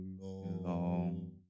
Long